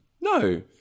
No